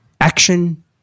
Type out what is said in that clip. action